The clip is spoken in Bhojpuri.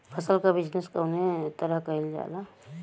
फसल क बिजनेस कउने तरह कईल जाला?